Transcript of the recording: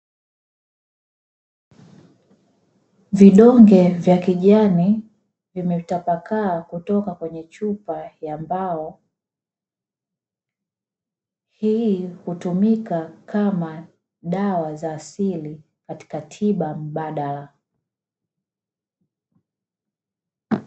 Vidonge vya kijani vimetapakaa kutoka kwenye chupa, ya mbao. Hii hutumika kama dawa za asili katika tiba mbadala.